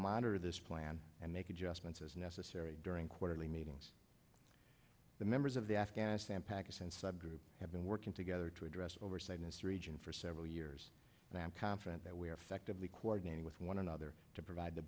monitor this plan and make adjustments as necessary during quarterly meetings the members of the afghanistan pakistan sub group have been working together to address oversight in this region for several years and i am confident that we are affected the cordoning with one another to provide the